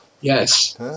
Yes